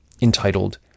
entitled